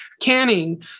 canning